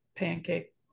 pancake